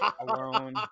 alone